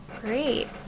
Great